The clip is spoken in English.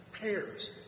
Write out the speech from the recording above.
pairs